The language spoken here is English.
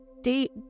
deep